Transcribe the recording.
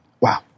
Wow